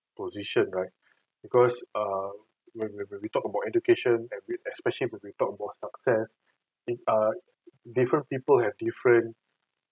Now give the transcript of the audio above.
position right because err we we we talk about education especially we we talk about success in a different people have different